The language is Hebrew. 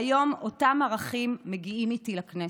כיום אותם ערכים מגיעים איתי לכנסת.